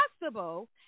possible